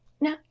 now